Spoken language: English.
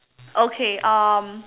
okay um